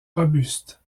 robustes